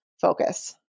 focus